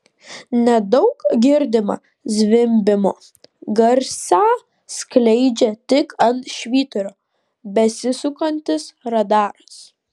nedaug girdimą zvimbimo garsą skleidžia tik ant švyturio besisukantis radaras